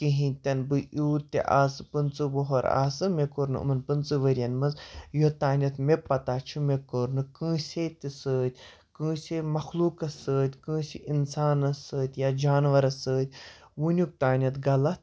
کِہیٖنۍ تہِ نہٕ بہٕ یوٗت تہِ آسہٕ پٕنٛژٕ وُہُر آسہٕ مےٚ کوٚر نہٕ یِمَن پٕنٛژٕ ؤرۍ یَن منٛز یوٚتانٮ۪تھ مےٚ پَتہ چھُ مےٚ کوٚر نہٕ کٲنٛسے تہِ سۭتۍ کٲنٛسے مخلوٗقَس سۭتۍ کٲنٛسہِ اِنسانَس سۭتۍ یا جاناوَارَس سۭتۍ وٕنیُک تانٮ۪تھ غلط